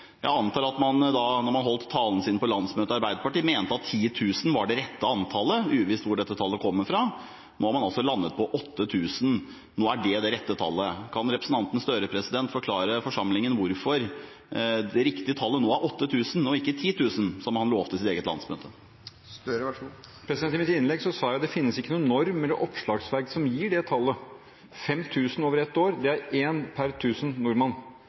Jeg antar at da han holdt talen sin på landsmøtet til Arbeiderpartiet, mente han at 10 000 var det rette antallet, uvisst hvor dette tallet kommer fra. Nå har man altså landet på 8 000, nå er det det rette tallet. Kan representanten Støre forklare forsamlingen hvorfor det riktige tallet nå er 8 000 og ikke 10 000, som han lovte på sitt eget landsmøte? I mitt innlegg sa jeg at det ikke finnes noen norm eller noe oppslagsverk som gir det tallet. 5 000 over ett år er én per 1 000 nordmenn. Det er en